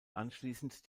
anschließend